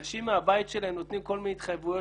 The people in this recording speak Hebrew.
אנשים מהבית שלהם נותנים כל מיני התחייבויות